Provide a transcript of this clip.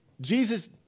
Jesus